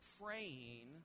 praying